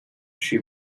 she